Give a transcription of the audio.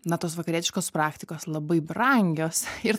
na tos vakarietiškos praktikos labai brangios ir